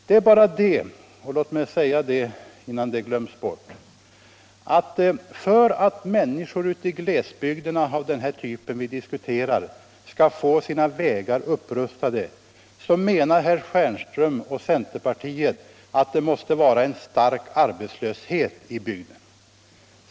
Men — låt mig säga det innan det glöms bort — för att människorna i bygder av den typ vi nu diskuterar skall få sina vägar upprustade måste vi först enligt herr Stjernström och centerpartiet ha en stark arbetslöshet i bygden.